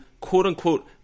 quote-unquote